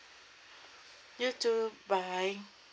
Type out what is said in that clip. you too bye